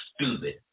stupid